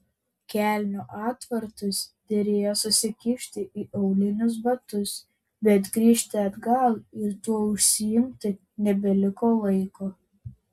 kelnių atvartus derėjo susikišti į aulinius batus bet grįžti atgal ir tuo užsiimti nebeliko laiko